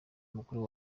mukuru